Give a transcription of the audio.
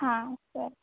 ಹಾಂ ಸರಿ